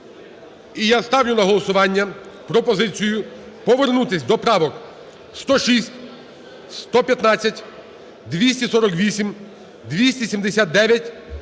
І я ставлю на голосування пропозицію повернутись до правок 106, 115, 248, 279,